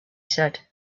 said